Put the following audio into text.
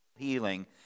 healing